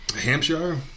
Hampshire